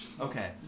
Okay